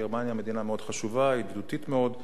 גרמניה היא מדינה מאוד חשובה, ידידותית מאוד.